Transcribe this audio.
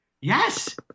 yes